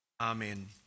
Amen